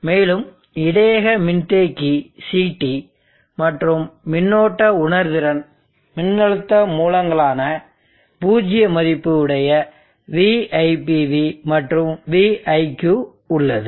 மேலும் இடையக மின்தேக்கி CT மற்றும் மின்னோட்ட உணர்திறன் மின்னழுத்த மூலங்களான பூஜ்ஜிய மதிப்பு உடைய VIPV மற்றும் VIQ உள்ளது